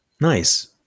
Nice